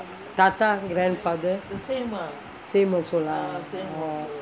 thatha grandfather same also lah oh